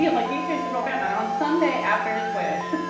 yeah like, ej's the real batman. on sunday after his wish,